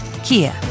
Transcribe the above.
Kia